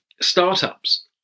Startups